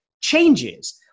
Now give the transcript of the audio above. Changes